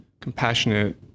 compassionate